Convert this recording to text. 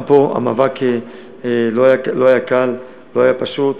גם פה המאבק לא היה קל, לא היה פשוט,